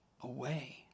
away